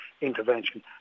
intervention